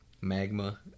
Magma